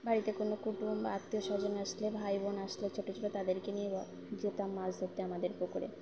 বাড়িতে কোনো কুটুম বা আত্মীয় স্বজন আসলে ভাই বোন আসলে ছোটো ছোটো তাদেরকে নিয়ে যেতাম মাছ ধরতে আমাদের পুকুরে